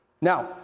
Now